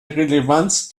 relevanz